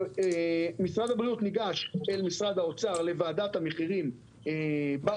משרד הבריאות ניגש אל משרד האוצר לוועדת המחירים באוצר,